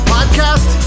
Podcast